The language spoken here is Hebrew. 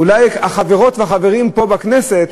אולי החברות והחברים פה בכנסת,